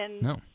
No